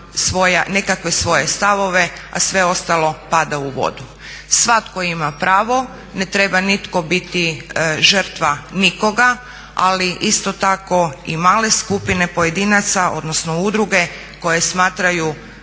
nekakve svoje stavove, a sve ostalo pada u vodu. Svatko ima pravo, ne treba nitko biti žrtva nikoga ali isto tako i male skupine pojedinaca odnosno udruge koje smatraju